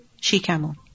She-camel